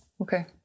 Okay